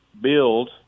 build